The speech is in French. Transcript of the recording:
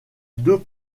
deux